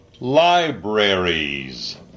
Libraries